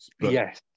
Yes